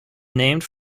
named